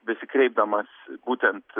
besikreipdamas būtent